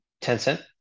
Tencent